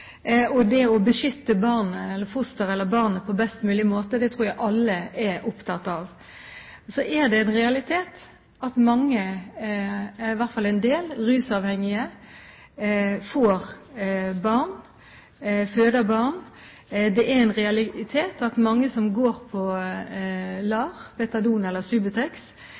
og det å beskytte fosteret, eller barnet, på best mulig måte tror jeg alle er opptatt av. Så er det en realitet at mange, i hvert fall en del, rusavhengige får barn – det er en realitet at mange som går på LAR, metadon eller